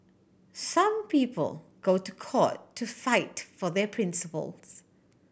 some people go to court to fight for their principles